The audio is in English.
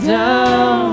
down